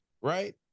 right